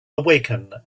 awaken